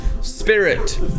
spirit